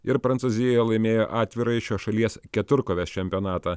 ir prancūzijoje laimėjo atvirąjį šios šalies keturkovės čempionatą